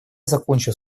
закончу